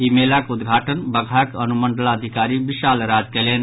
इ मेलाक उद्घाटन बगहाक अनुमंडलाधिकारी विशाल राज कयलनि